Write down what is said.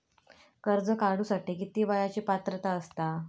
कर्ज काढूसाठी किती वयाची पात्रता असता?